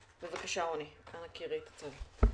בבקשה, רוני, אנא קראי את הצו.